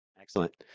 excellent